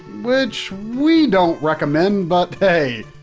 which we don't recommend, but hey,